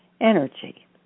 energy